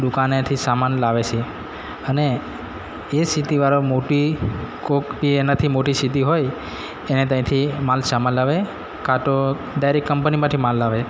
દુકાનેથી સામાન લાવે છે અને એ સિટીવાળો મોટી કોઈક એ એનાથી મોટી સિટી હોય એને ત્યાંથી માલ સામાન લાવે કાં તો ડાયરેક કંપનીમાંથી માલ લાવે